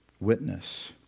witness